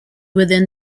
within